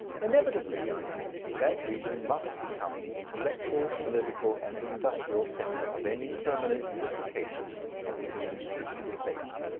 inevitably, i think, that region must become the intellectual, political, and industrial centre of any permanent unification of the english-speaking states.